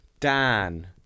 Dan